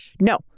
No